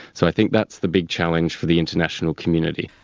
so i think that's the big challenge for the international community.